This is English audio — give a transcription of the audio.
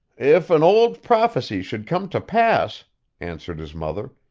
if an old prophecy should come to pass answered his mother,